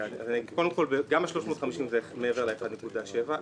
קודם כל, גם ה-350 זה מעבר ל-1.7%.